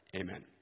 Amen